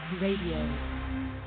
Radio